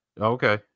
Okay